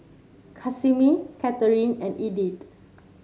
Casimir Catharine and Edythe